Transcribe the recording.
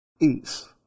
ease